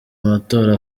amatora